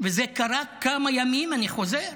וזה קרה כמה ימים, אני חוזר,